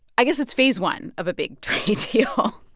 i guess it's phase one of a big trade deal